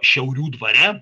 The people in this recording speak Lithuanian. šiaulių dvare dvare